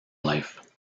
life